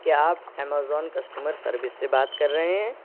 کیا آپ Amazon customer service سے بات کر رہے ہیں